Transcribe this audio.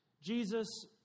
Jesus